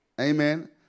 Amen